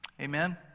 Amen